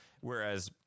Whereas